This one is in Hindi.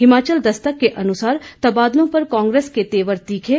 हिमाचल दस्तक के अनुसार तबादलों पर कांग्रेस के तेवर तीखे